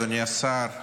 אדוני השר,